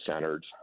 centered